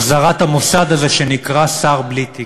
החזרת המוסד הזה שנקרא שר בלי תיק,